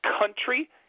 country